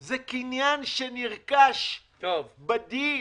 זה קניין שנרכש בדין.